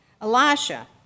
Elisha